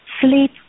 Sleep